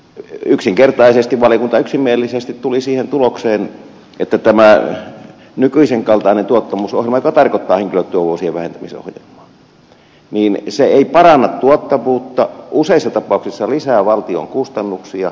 yksinkertaisesti valiokunta yksimielisesti tuli siihen tulokseen että nykyisen kaltainen tuottavuusohjelma joka tarkoittaa henkilötyövuosien vähentämisohjelmaa ei paranna tuottavuutta useissa tapauksissa se lisää valtion kustannuksia